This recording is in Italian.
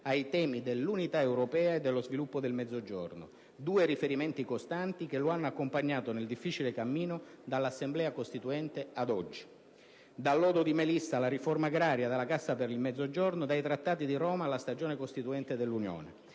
ai temi dell'unità europea e dello sviluppo del Mezzogiorno. Due riferimenti costanti che lo hanno accompagnato nel difficile cammino dall'Assemblea costituente ad oggi. Dal lodo di Melissa alla riforma agraria e alla Cassa per il Mezzogiorno, dai Trattati di Roma alla stagione costituente dell'Unione.